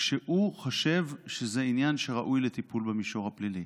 כשהוא חושב שזה עניין שראוי לטיפול במישור הפלילי.